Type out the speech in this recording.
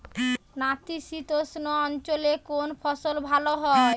নাতিশীতোষ্ণ অঞ্চলে কোন ফসল ভালো হয়?